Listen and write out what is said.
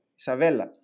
Isabella